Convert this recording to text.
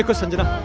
ah sanjana,